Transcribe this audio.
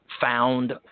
found